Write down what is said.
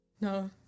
No